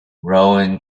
roan